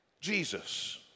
Jesus